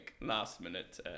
last-minute